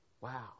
Wow